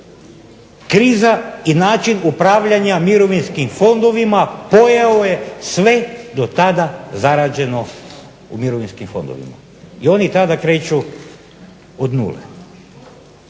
kriza i način upravljanja mirovinskim fondovima pojeo je sve do tada zarađeno u mirovinskim fondovima. I oni tada kreću od nule.